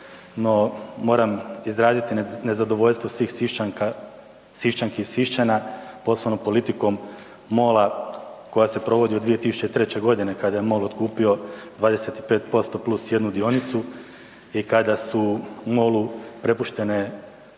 no moram izraziti nezadovoljstvo svih Sišćanka, Sišćanki i Sišćana poslovnom politikom MOL-a koja se provodi od 2003.g. kada je MOL otkupio 25% + 1 dionicu i kada su MOL-u prepuštene